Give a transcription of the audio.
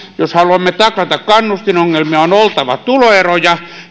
jos haluamme taklata kannustinongelmia on oltava tuloeroja